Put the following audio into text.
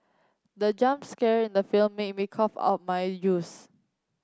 the jump scare in the film made my cough out my use